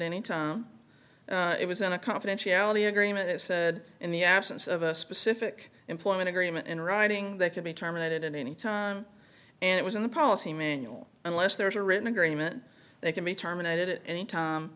any time it was in a confidentiality agreement is said in the absence of a specific employment agreement in writing that can be terminated at any time and it was in the policy manual unless there is a written agreement they can be terminated at any time